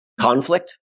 Conflict